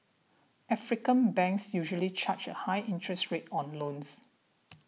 African banks usually charge a high interest rate on loans